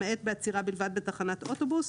למעט בעצירה בלבדה בתחנת אוטובוס.